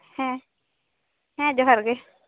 ᱦᱮᱸ ᱦᱮᱸ ᱡᱚᱦᱟᱨ ᱜᱮ